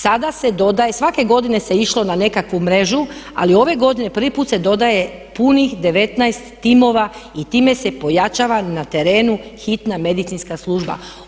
Sada se dodaje, svake godine se išlo na nekakvu mrežu ali ove godine prvi put se dodaje punih 19 timova i time se pojačava na terenu hitna medicinska služba.